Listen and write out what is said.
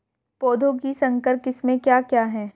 पौधों की संकर किस्में क्या क्या हैं?